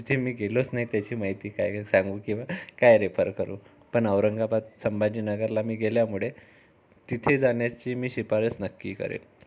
जिथे मी गेलोच नाही त्याची माहिती काय सांगू किंवा काय रेफर करू पण औरंगाबाद संभाजीनगरला मी गेल्यामुळे तिथे जाण्याची मी शिफारस नक्की करेन